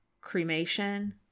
cremation